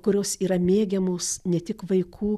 kurios yra mėgiamos ne tik vaikų